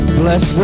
bless